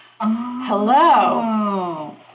Hello